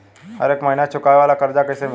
हरेक महिना चुकावे वाला कर्जा कैसे मिली?